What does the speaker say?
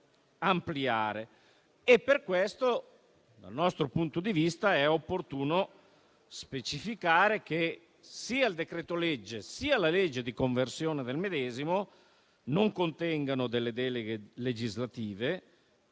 Per questo, dal nostro punto di vista, è opportuno specificare che sia il decreto-legge, sia la sua legge di conversione non contengano deleghe legislative,